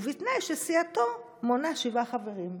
ובתנאי שסיעתו מונה שבעה חברים.